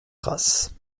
traces